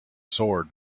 sword